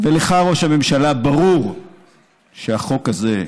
לך, ראש הממשלה, ברור שהחוק הזה,